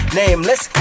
Nameless